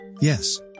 Yes